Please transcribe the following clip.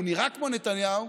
הוא נראה כמו נתניהו,